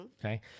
Okay